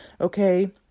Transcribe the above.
Okay